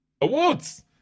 Awards